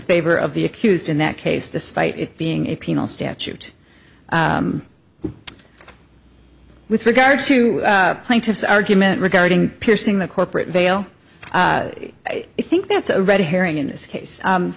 favor of the accused in that case despite it being a penal statute with regard to plaintiff's argument regarding piercing the corporate veil i think that's a red herring in this case